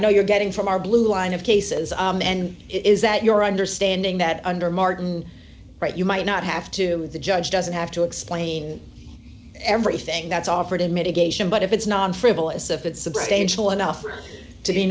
know you're getting from our blueline of cases and it is that your understanding that under martin right you might not have to the judge doesn't have to explain everything that's offered in mitigation but if it's non frivolous if it's a bad angel enough